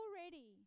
already